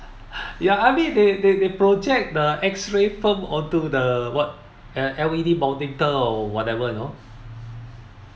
ya army they they project the X ray film onto the what L L_E_D monitor or whatever you know